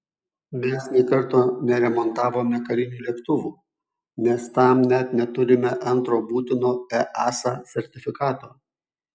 mes nė karto neremontavome karinių lėktuvų nes tam net neturime antro būtino easa sertifikato